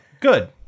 good